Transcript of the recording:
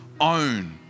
own